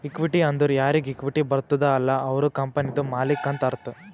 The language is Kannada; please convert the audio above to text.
ಇಕ್ವಿಟಿ ಅಂದುರ್ ಯಾರಿಗ್ ಇಕ್ವಿಟಿ ಬರ್ತುದ ಅಲ್ಲ ಅವ್ರು ಕಂಪನಿದು ಮಾಲ್ಲಿಕ್ ಅಂತ್ ಅರ್ಥ